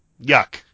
Yuck